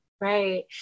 Right